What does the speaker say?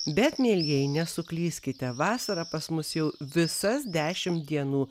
bet mielieji nesuklyskite vasara pas mus jau visas dešim dienų